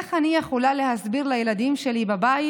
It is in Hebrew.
איך אני יכולה להסביר לילדים שלי בבית?